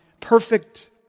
perfect